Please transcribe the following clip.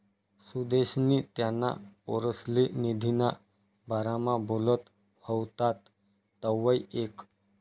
सुदेशनी त्याना पोरसले निधीना बारामा बोलत व्हतात तवंय ऐकं